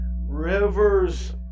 rivers